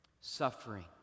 suffering